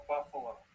Buffalo